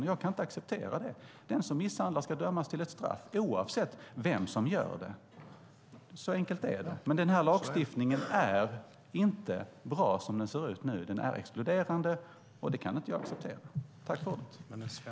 Det kan jag inte acceptera. Den som misshandlar ska dömas till ett straff. Det gäller oavsett vem som misshandlar. Så enkelt är det. Som lagstiftningen nu ser ut är den inte bra. Den är exkluderande, och det kan jag inte acceptera.